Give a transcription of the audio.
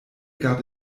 gab